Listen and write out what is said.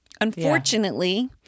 Unfortunately